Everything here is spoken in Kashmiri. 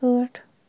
ٲٹھ